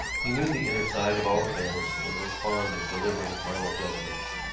he knew the inner side of all affairs and was fond of delivering final judgments.